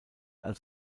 als